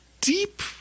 deep